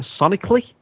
sonically